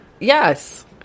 Yes